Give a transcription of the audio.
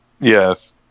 Yes